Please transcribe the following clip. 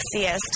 sexiest